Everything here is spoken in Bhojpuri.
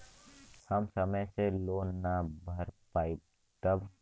हम समय से लोन ना भर पईनी तब?